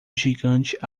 gigante